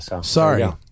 Sorry